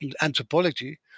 anthropology